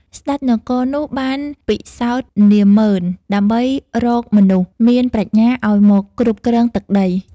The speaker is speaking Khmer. ស្ដេចនគរនោះបានពិសោធនាហ្មឺន ដើម្បីរកមនុស្សមានប្រាជ្ញាឱ្យមកគ្រប់គ្រងទឹកដី។